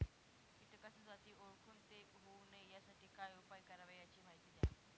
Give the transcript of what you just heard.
किटकाच्या जाती ओळखून ते होऊ नये यासाठी काय उपाय करावे याची माहिती द्या